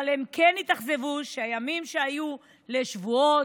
אבל הם כן התאכזבו שהימים היו לשבועות,